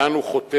לאן הוא חותר?